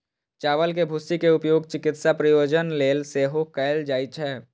चावल के भूसी के उपयोग चिकित्सा प्रयोजन लेल सेहो कैल जाइ छै